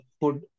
food